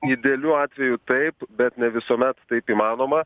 idealiu atveju taip bet ne visuomet taip įmanoma